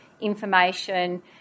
information